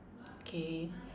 K